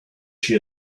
she